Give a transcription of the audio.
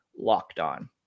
LOCKEDON